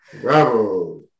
Bravo